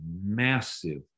massive